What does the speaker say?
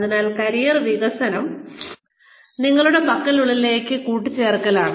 അതിനാൽ കരിയർ വികസനം നിങ്ങളുടെ പക്കലുള്ളതിലേക്ക് കൂട്ടിച്ചേർക്കലാണ്